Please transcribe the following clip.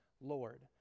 Lord